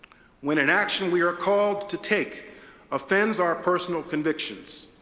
when an action we are called to take offends our personal convictions,